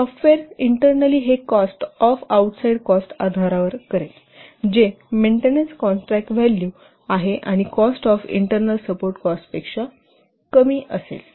software internal cost हे outside cost आधारावर करेल जे मेंटेनन्स व्हॅल्यू आहे व इंटर्नॅल कॉस्ट सपोर्ट कॉस्टपेक्षा कमी असेल